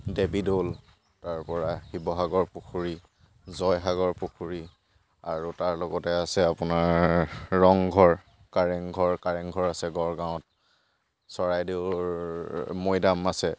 দেৱী দ'ল তাৰপৰা শিৱসাগৰ পুখুৰী জয়সাগৰ পুখুৰী আৰু তাৰ লগতে আছে আপোনাৰ ৰংঘৰ কাৰেং ঘৰ কাৰেং ঘৰ আছে গড়গাঁৱত চৰাইদেউৰ মৈদাম আছে